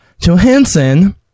Johansson